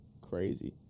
crazy